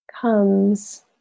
comes